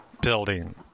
building